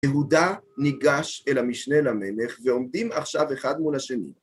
יהודה ניגש אל המשנה למלך ועומדים עכשיו אחד מול השני.